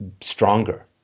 stronger